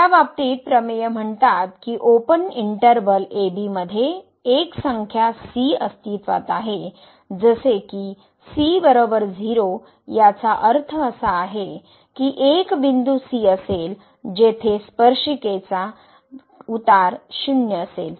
त्या बाबतीत प्रमेय म्हणतात की ओपन इंटर्वल a b मध्ये एक संख्या सी अस्तित्वात आहे जसे की c 0 याचा अर्थ असा आहे की एक बिंदू c असेल जेथे स्पर्शिकेचा उतार शून्य असेल